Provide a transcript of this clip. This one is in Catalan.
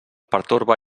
pertorba